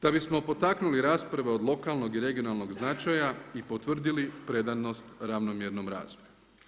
Da bismo potaknuli rasprave od lokalnog i regionalnog značaja i potvrdili predanost ravnomjernom razvoju.